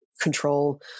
control